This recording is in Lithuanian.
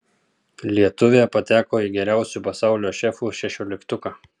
lietuvė pateko į geriausių pasaulio šefų šešioliktuką